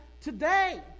Today